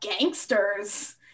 gangsters